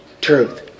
truth